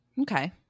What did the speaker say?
Okay